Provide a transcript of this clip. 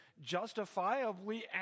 justifiably